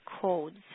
codes